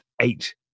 eight